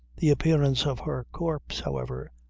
the appearance of her corpse, however,